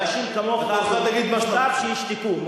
אנשים כמוך, מוטב שישתקו.